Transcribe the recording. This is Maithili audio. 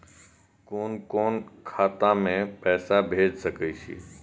कुन कोण खाता में पैसा भेज सके छी?